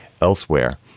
elsewhere